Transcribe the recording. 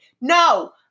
no